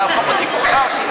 תהפוך אותי כוכב,